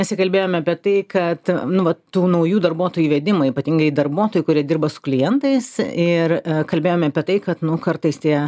šį mėnesį kalbėjome apie tai kad nu vat tų naujų darbuotojų įvedimą ypatingai darbuotojų kurie dirba su klientais ir kalbėjome apie tai kad nu kartais tie